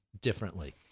differently